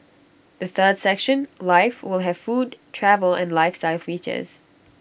the third section life will have food travel and lifestyle features